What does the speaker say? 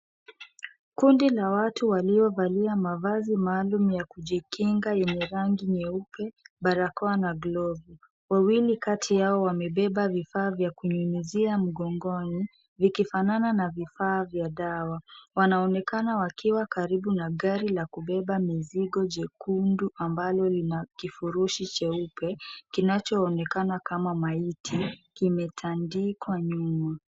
Kundi la watu waliovalia mavazi maalum ya kujikinga yenye rangi nyeupe, barakoa na glovu. Wawili kati yao wamebeba vifaa vya kunyunyizia mgongoni, vikifanana na vifaa vya dawa. Wanaonekana wakiwa karibu na gari la kubeba mizigo jekundu ambalo linakifurushi cheupe, kinachoonekana kama maiti kimetandikwa nyuma.